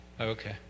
Okay